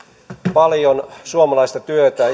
paljon suomalaista työtä